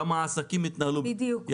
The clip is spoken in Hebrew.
גם העסקים התנהלו באי-וודאות.